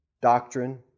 doctrine